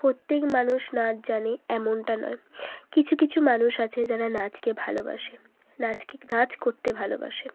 প্রত্যেক মানুষ নাচ জানে এমনটা নয় কিছু কিছু মানুষ আছে যারা নাচকে ভালবাসে নাচকে নাচ করতে ভালোবাসে